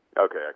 Okay